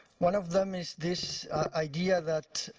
one of them is this idea that